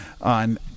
on